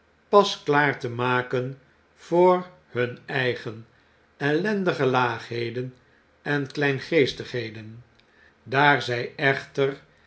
aarde pasklaar te maken voor hun eigen ellendige laagneden en kleingeestigheden daar zij echter